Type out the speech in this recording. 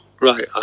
right